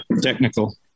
technical